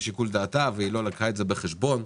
את שיקול דעתה ולא לקחה את זה בחשבון.